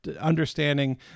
understanding